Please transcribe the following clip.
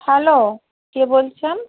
hello কে বলছেন